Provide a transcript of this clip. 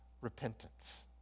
repentance